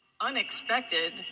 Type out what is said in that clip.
unexpected